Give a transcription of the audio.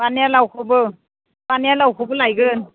पानिया लावखौबो पानिया लावखौबो लायगोन